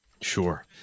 Sure